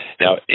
Now